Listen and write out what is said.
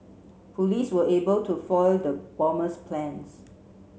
police were able to foil the bomber's plans